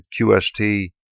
QST